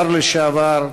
השר לשעבר,